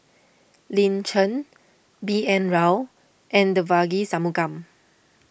Lin Chen B N Rao and Devagi Sanmugam